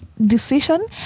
decision